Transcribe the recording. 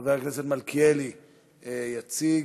חבר הכנסת מלכיאלי יציג,